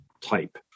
type